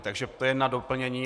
Takže to jen na doplnění.